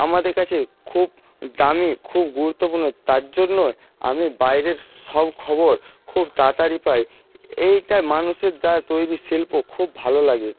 আমাদের কাছে খুব দামি খুব গুরুত্বপূর্ণ তার জন্যই আমি বাইরের সব খবর খুব তাড়াতাড়ি পাই এইটা মানুষের দ্বারা তৈরি শিল্প খুব ভালো লাগে